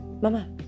mama